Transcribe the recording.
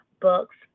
books